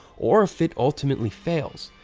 or if it ultimately fails.